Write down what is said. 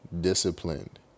disciplined